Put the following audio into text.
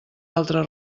altre